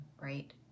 right